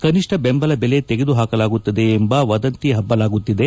ಕನಿಷ್ಠ ಬೆಂಬಲ ಬೆಲೆ ತೆಗೆದು ಹಾಕಲಾಗುತ್ತದೆ ಎಂಬ ವದಂತಿ ಹಬ್ಬಲಾಗುತ್ತಿದೆ